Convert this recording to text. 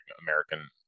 american